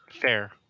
Fair